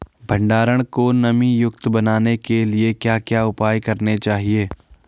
भंडारण को नमी युक्त बनाने के लिए क्या क्या उपाय करने चाहिए?